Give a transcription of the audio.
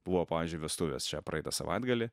buvo pavyzdžiui vestuvės čia praeitą savaitgalį